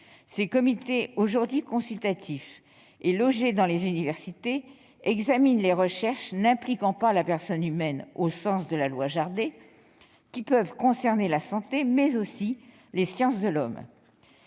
Ces comités, aujourd'hui consultatifs et logés dans les universités, examinent les recherches n'impliquant pas la personne humaine au sens de la loi Jardé, qui peuvent concerner la santé, mais aussi les sciences de l'homme.